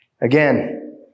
Again